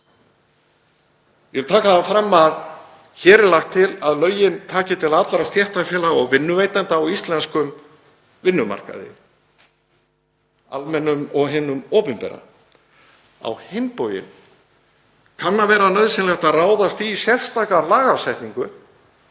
Ég vil taka það fram að hér er lagt til að lögin taki til allra stéttarfélaga og vinnuveitenda á íslenskum vinnumarkaði, almennum og hinum opinbera. Á hinn bóginn kann að vera nauðsynlegt að ráðast í sérstaka lagasetningu